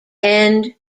end